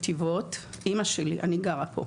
אימא שלי בנתיבות, אני גרה פה.